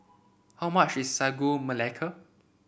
how much is Sagu Melaka